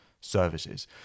services